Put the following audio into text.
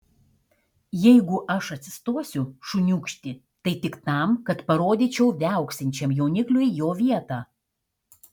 jeigu aš atsistosiu šuniūkšti tai tik tam kad parodyčiau viauksinčiam jaunikliui jo vietą